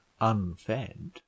unfed